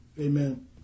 Amen